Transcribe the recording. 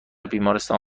بیمارستان